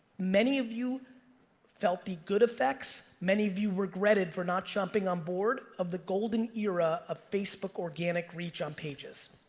many of you felt the good effects, many of you regretted for not jumping on board of the golden era of facebook organic reach on pages.